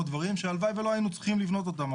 דברים שהלוואי ולא היינו צריכים לבנות אותם.